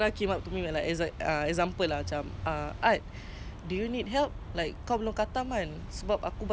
you are not judging me in any ways you know it feels like you are really you really want to help me I was like okay ah boleh tolong tak